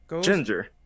Ginger